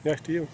یہِ ہا چھِ ٹھیٖک